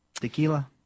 Tequila